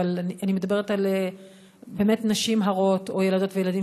אבל אני מדברת על נשים הרות או ילדות וילדים,